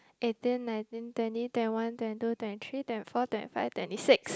eighteen nineteen twenty twenty one twenty two twenty three twenty four twenty five twenty six